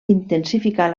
intensificar